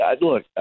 look